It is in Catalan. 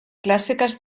clàssiques